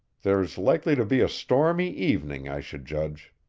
there's likely to be a stormy evening, i should judge.